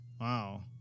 Wow